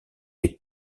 est